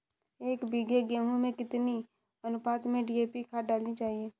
एक बीघे गेहूँ में कितनी अनुपात में डी.ए.पी खाद डालनी चाहिए?